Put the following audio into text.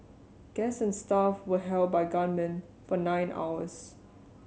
guests and staff were held by gunmen for nine hours